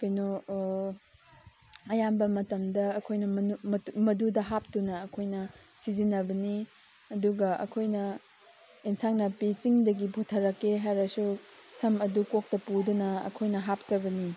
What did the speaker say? ꯀꯩꯅꯣ ꯑꯌꯥꯝꯕ ꯃꯇꯝꯗ ꯑꯩꯈꯣꯏꯅ ꯃꯗꯨꯗ ꯍꯥꯞꯇꯨꯅ ꯑꯩꯈꯣꯏꯅ ꯁꯤꯖꯤꯟꯅꯕꯅꯤ ꯑꯗꯨꯒ ꯑꯩꯈꯣꯏꯅ ꯑꯦꯟꯁꯥꯡ ꯅꯥꯄꯤ ꯆꯤꯡꯗꯒꯤ ꯄꯨꯊꯔꯛꯀꯦ ꯍꯥꯏꯔꯁꯨ ꯁꯝ ꯑꯗꯨ ꯀꯣꯛꯇ ꯄꯨꯗꯨꯅ ꯑꯩꯈꯣꯏꯅ ꯍꯥꯞꯆꯕꯅꯤ